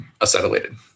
acetylated